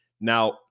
Now